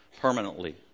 permanently